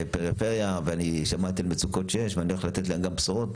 פריפריה ואני שמעתי מצוקות שיש ואני הולך לתת להם גם בשורות,